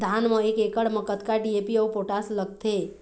धान म एक एकड़ म कतका डी.ए.पी अऊ पोटास लगथे?